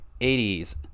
80s